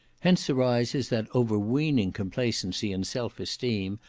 hence arises that over weening complacency and self-esteem,